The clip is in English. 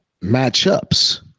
matchups